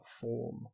form